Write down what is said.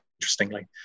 interestingly